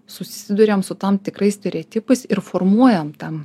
susiduriam su tam tikrais stereotipais ir formuojam tam